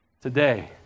today